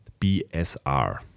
BSR